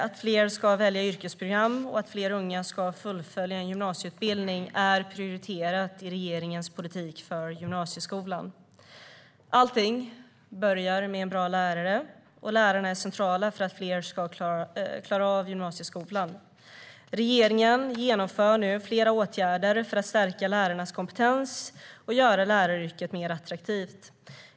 Att fler ska välja yrkesprogram och att fler unga ska fullfölja en gymnasieutbildning är prioriterat i regeringens politik för gymnasieskolan. Allting börjar med en bra lärare, och lärarna är centrala för att fler ska klara gymnasieskolan. Regeringen genomför nu flera åtgärder för att stärka lärarnas kompetens och göra läraryrket mer attraktivt.